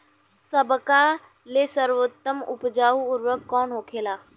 सबका ले सर्वोत्तम उपजाऊ उर्वरक कवन होखेला?